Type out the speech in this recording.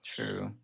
True